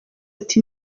ati